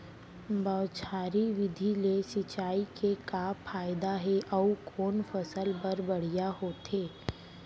बौछारी विधि ले सिंचाई के का फायदा हे अऊ कोन फसल बर बढ़िया होथे?